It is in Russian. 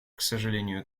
сожалению